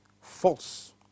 false